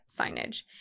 signage